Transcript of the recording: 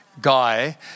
guy